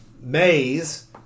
Maze